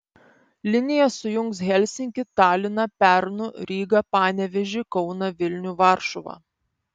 linija sujungs helsinkį taliną pernu rygą panevėžį kauną vilnių varšuvą